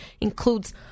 includes